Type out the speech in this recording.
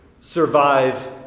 survive